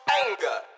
anger